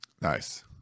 Nice